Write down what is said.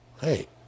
Hey